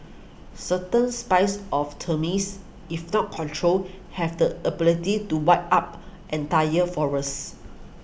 certain spice of termites if not controlled have the ability to wipe up entire forests